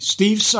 Steve